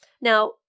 Now